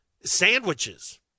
sandwiches